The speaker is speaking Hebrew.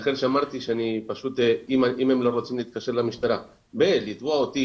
לכן הצעתי להם להתקשר למשטרה ולתבוע אותי